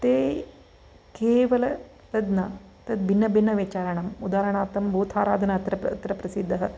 ते केवल तद् न तद्भिन्न भिन्न विचारणम् उदाहरणार्थं भूताराधनम् अत्र अत्र प्रसिद्धः